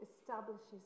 establishes